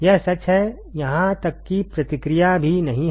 यह सच है यहां तक कि प्रतिक्रिया भी नहीं है